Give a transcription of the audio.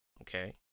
okay